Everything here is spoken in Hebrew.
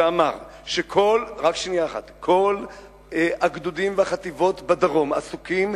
שאמר שכל הגדודים והחטיבות בדרום עסוקים